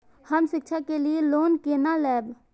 हम शिक्षा के लिए लोन केना लैब?